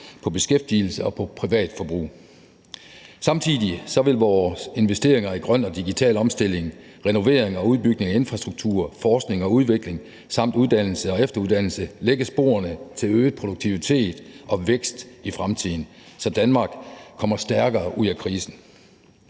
bnp, beskæftigelse og privat forbrug. Samtidig vil vores investeringer i grøn og digital omstilling, renovering og udbygning af infrastrukturen, forskning og udvikling samt uddannelse og efteruddannelse lægge sporene til øget produktivitet og vækst i fremtiden, så Danmark kommer stærkere ud af krisen.